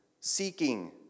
seeking